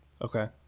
Okay